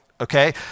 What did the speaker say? Okay